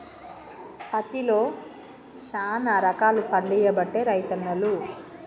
పత్తిలో శానా రకాలు పండియబట్టే రైతన్నలు